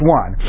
one